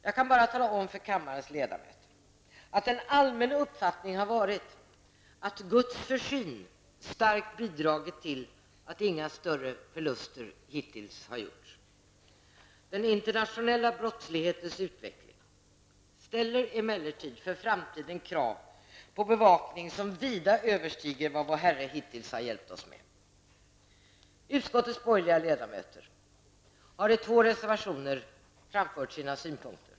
Jag kan bara tala om för kammarens ledamöter, att en allmän uppfattning har varit att Guds försyn starkt bidragit till att inga större förluster hittills har gjorts. Den internationella brottslighetens utveckling ställer emellertid för framtiden krav på bevakning som vida överstiger vad vår Herre hittills har hjälpt oss med. Utskottets borgerliga ledamöter har i två reservationer framfört sina synpunkter.